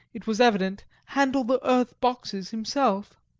it was evident, handle the earth-boxes himself.